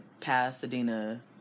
Pasadena